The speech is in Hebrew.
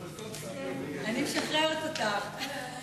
אני משחררת אותך.